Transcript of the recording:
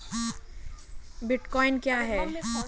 Bitcoin क्या है?